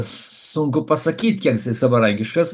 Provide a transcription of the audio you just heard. sunku pasakyti kiek savarankiškas